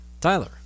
Tyler